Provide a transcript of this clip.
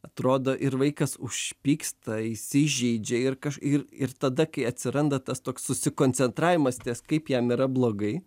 atrodo ir vaikas užpyksta įsižeidžia ir ir ir tada kai atsiranda tas toks susikoncentravimas ties kaip jam yra blogai